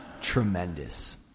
tremendous